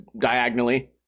diagonally